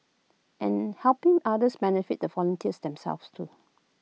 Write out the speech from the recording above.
and helping others benefits the volunteers themselves too